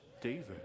David